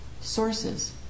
sources